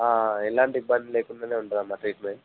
ఆ ఎలాంటి ఇబ్బంది లేకుండానే ఉంటుందమ్మా ట్రీట్మెంట్